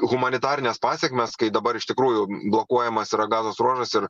humanitarines pasekmes kai dabar iš tikrųjų blokuojamas yra gazos ruožas ir